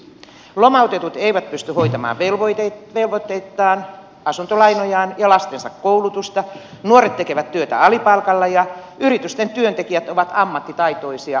lomautetut eivät pysty hoitamaan velvoitteitaan asuntolainojaan ja lastensa koulutusta nuoret tekevät työtä alipalkalla ja yritysten työntekijät ovat ammattitaitoisia ja väliaikaisia